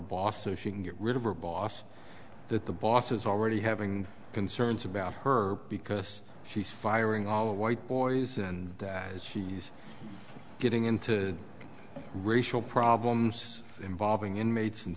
boss so she can get rid of her boss that the boss is already having concerns about her because she's firing all the white boys and she's getting into racial problems involving inmates and